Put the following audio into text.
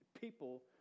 people